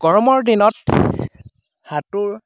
গৰমৰ দিনত সাঁতোৰ